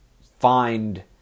find